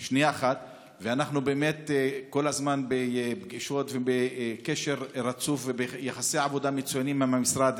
ואנחנו באמת כל הזמן בפגישות ובקשר רצוף וביחסי עבודה מצוינים עם המשרד,